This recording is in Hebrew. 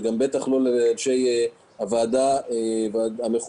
ובטח לא בחברי הוועדה המכובדת.